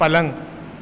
پلنگ